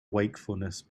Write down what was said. wakefulness